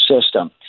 system